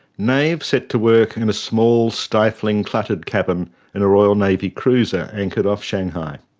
nave set to work in a small stifling cluttered cabin in a royal navy cruiser anchored off shanghai.